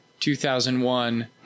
2001